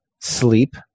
sleep